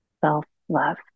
Self-Love